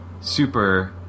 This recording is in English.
super